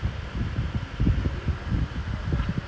I mean like if not like இது பண்ற மாதிரி:ithu pandra maadhiri